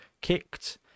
kicked